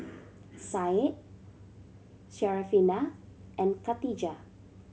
Said Syarafina and Katijah